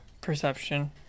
Perception